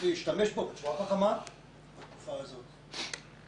להשתמש ברזרבות אלו בצורה חכמה בתקופה זו.